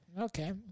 Okay